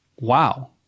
wow